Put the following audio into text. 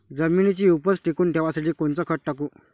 जमिनीची उपज टिकून ठेवासाठी कोनचं खत टाकू?